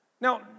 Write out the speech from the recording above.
Now